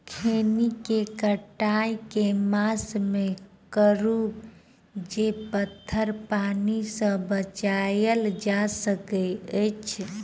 खैनी केँ कटाई केँ मास मे करू जे पथर पानि सँ बचाएल जा सकय अछि?